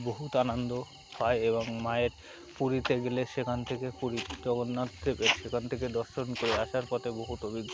বহুত আনন্দ পায় এবং মায়ের পুরীতে গেলে সেখান থেকে পুরী জগন্নাথ সেখান থেকে দর্শন করে আসার পথে বহুত অভিজ্ঞতা